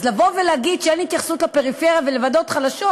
אז לבוא ולהגיד שאין התייחסות לפריפריה ולוועדות חלשות,